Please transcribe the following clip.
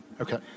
Okay